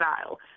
style